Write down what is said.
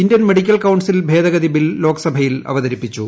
Indian medical council ഭേദഗതിബിൽ ലോക്സഭയിൽ അവതരിപ്പിച്ചു